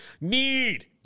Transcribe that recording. need